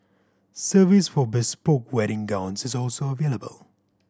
service for bespoke wedding gowns is also available